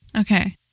Okay